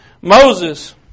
Moses